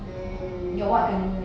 mm